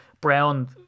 Brown